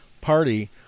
party